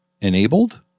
enabled